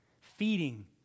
feeding